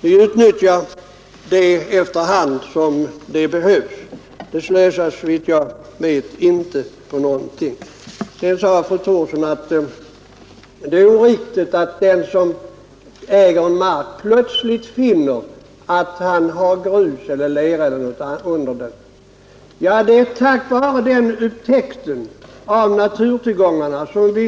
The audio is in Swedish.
Vi utnyttjar tillgångarna efter hand som de behövs. Det slösas, såvitt jag vet, inte med någonting. Vidare sade fru Thorsson att det är oriktigt att den som äger mark skall kunna utnyttja att han plötsligt finner exempelvis grus eller lera under markytan. Det är tack vare sådana upptäckter som vi